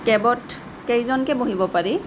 কেবত কেইজনকৈ বহিব পাৰি